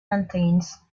maintains